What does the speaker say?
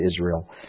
Israel